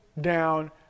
down